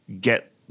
get